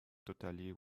totally